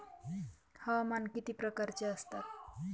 हवामान किती प्रकारचे असतात?